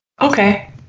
Okay